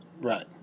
right